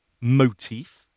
motif